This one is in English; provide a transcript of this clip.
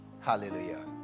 hallelujah